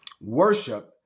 Worship